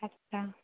আচ্ছা